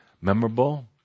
memorable